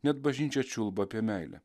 net bažnyčia čiulba apie meilę